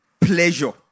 pleasure